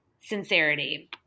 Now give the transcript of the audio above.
sincerity